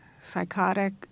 psychotic